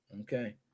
Okay